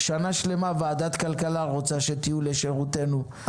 שנה שלמה ועדת כלכלה רוצה שתהיו לשירותנו,